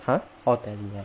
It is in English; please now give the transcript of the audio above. !huh! orh tele ah